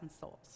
souls